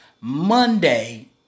Monday